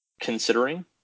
considering